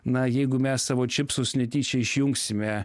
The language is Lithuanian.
na jeigu mes savo čipsus netyčia išjungsime